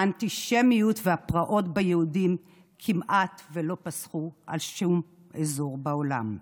האנטישמיות והפרעות ביהודים כמעט שלא פסחו על שום אזור בעולם.